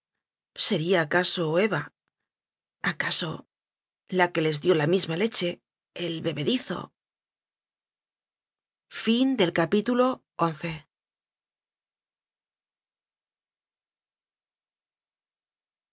sería acaso eva acaso la que les dió la misma leche el bebedizo